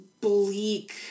bleak